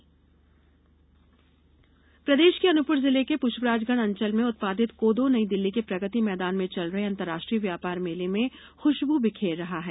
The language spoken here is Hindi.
कोदौ प्रदेष के अनूपपुर जिले के पुष्पराजगढ़ अंचल में उत्पादित कोदो नई दिल्ली के प्रगति मैदान में चल रहे अंतर्राष्ट्रीय व्यापार मेले में खुषबू बिखेर रहा है